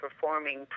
performing